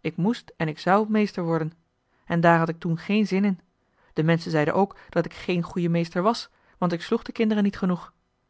ik moest en ik zou meester worden en daar had ik toen geen zin in de menschen zeiden ook dat ik geen goeie meester was want ik sloeg de kinderen niet genoeg